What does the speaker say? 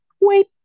wait